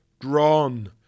drawn